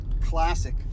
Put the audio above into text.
Classic